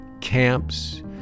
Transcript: camps